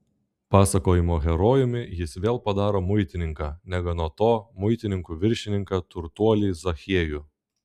pasakojimo herojumi jis vėl padaro muitininką negana to muitininkų viršininką turtuolį zachiejų